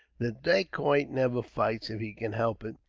the dacoit never fights if he can help it,